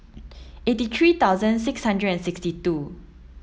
eighty three thousand six hundred and sixty two